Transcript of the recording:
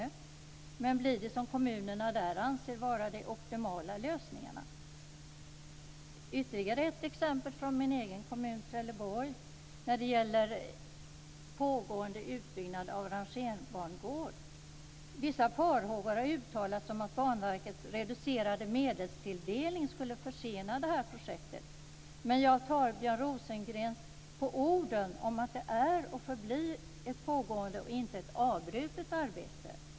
Men blir det fråga om det som kommunerna där anser vara de optimala lösningarna? Det finns ytterligare ett exempel från min egen kommun, Trelleborg, som gäller pågående utbyggnad av rangerbangård. Vissa farhågor har uttalats om att Banverkets reducerade medelstilldelning skulle kunna försena det här projektet, men jag tar Björn Rosengren på orden när han säger att det här är och förblir ett pågående och inte ett avbrutet arbete.